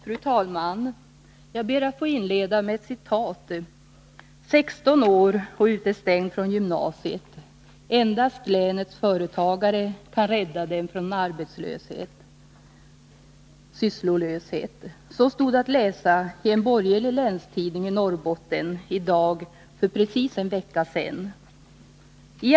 Fru talman! Jag ber att få inleda med ett citat: ”16 år och utestängd från gymnasiet. Endast länets företagare kan rädda dem från sysslolöshet.” Så stod att läsa i en borgerlig länstidning i Norrbotten för precis en vecka sedan i dag.